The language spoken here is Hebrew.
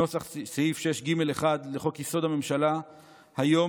נוסח סעיף 6(ג)(1) לחוק-יסוד: הממשלה היום,